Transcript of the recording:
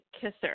kisser